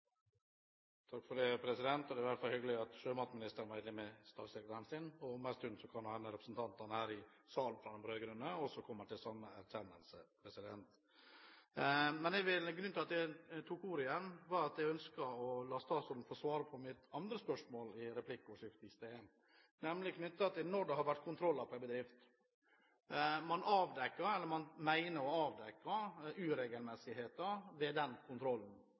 det for å se at vi har et system som både landsiden og sjøsiden er enige om. Det er i hvert fall hyggelig at sjømatministeren er enig med statssekretæren sin. Om en stund kan det hende at representantene her i salen forandrer mening og kommer til samme erkjennelse. Grunnen til at jeg tok ordet igjen, var at jeg ønsker å la statsråden få svare på mitt siste spørsmål i replikkordskiftet i sted, nemlig knyttet til når det har vært kontroller på en bedrift og man mener å avdekke uregelmessigheter ved den kontrollen.